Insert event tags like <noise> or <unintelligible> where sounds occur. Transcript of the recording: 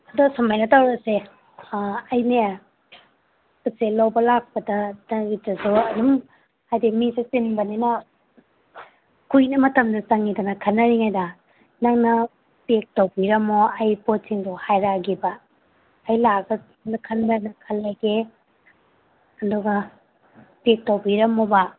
ꯑꯗꯣ ꯁꯨꯃꯥꯏꯅ ꯇꯧꯔꯁꯦ ꯑꯩꯅ ꯄꯣꯠ ꯆꯩ ꯂꯧꯕ ꯂꯥꯛꯄꯗ <unintelligible> ꯑꯗꯨꯝ ꯍꯥꯏꯗꯤ ꯃꯤꯁꯦ ꯆꯤꯟꯕꯅꯤꯅ ꯀꯨꯏꯅ ꯃꯇꯝꯗꯣ ꯆꯪꯏꯗꯅ ꯈꯟꯅꯔꯤꯉꯩꯗ ꯅꯪꯅ ꯄꯦꯛ ꯇꯧꯕꯤꯔꯝꯃꯣ ꯑꯩ ꯄꯣꯠꯁꯤꯡꯗꯣ ꯍꯥꯏꯔꯛꯑꯒꯦꯕ ꯑꯩ ꯂꯥꯛꯑꯒ ꯈꯟꯕꯅ ꯈꯜꯂꯒꯦ ꯑꯗꯨꯒ ꯄꯦꯛ ꯇꯧꯕꯤꯔꯝꯃꯣꯕ